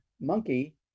monkey